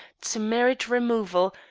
to merit removal,